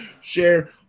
share